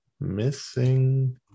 missing